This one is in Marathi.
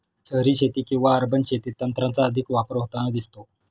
शहरी शेती किंवा अर्बन शेतीत तंत्राचा अधिक वापर होताना दिसतो